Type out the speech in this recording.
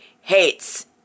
hates